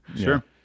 Sure